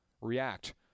React